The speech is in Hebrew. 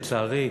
לצערי,